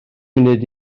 munud